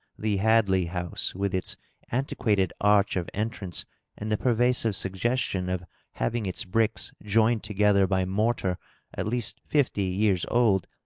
the hadley house, with its antiquated arch of entrance and the pervasive suggestion of having its bricks joined together by mortar at least fifty years old,